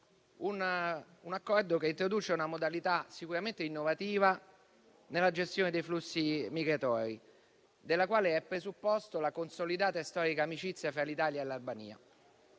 un accordo che introduce una modalità sicuramente innovativa nella gestione dei flussi migratori, della quale è presupposto la consolidata e storica amicizia fra l'Italia e l'Albania.